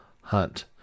hunt